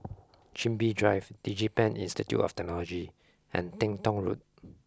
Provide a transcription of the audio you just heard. Chin Bee Drive DigiPen Institute of Technology and Teng Tong Road